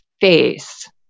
face